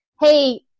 hey